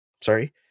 Sorry